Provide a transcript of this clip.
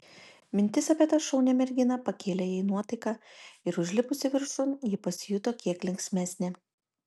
mintis apie tą šaunią merginą pakėlė jai nuotaiką ir užlipusi viršun ji pasijuto kiek linksmesnė